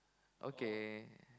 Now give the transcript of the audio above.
okay